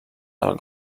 del